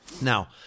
Now